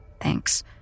thanks